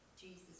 Jesus